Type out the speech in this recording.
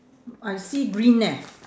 I see green eh